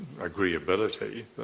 agreeability